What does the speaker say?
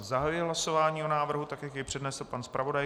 Zahajuji hlasování o návrhu, tak jak jej přednesl pan zpravodaj.